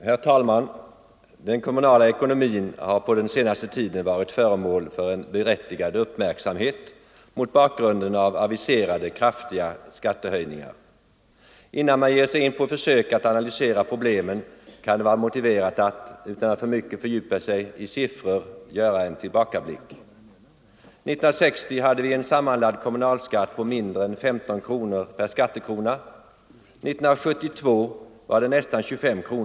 Herr talman! Den kommunala ekonomin har på den senaste tiden varit föremål för en berättigad uppmärksamhet mot bakgrunden av aviserade kraftiga skattehöjningar. Innan man ger sig in på ett försök att analysera problemen kan det vara motiverat att, utan att för mycket fördjupa sig i siffror, göra en tillbakablick. År 1960 hade vi en sammanlagd kommunalskatt på mindre än 15 kronor per skattekrona, 1972 var den nästan 25 kronor.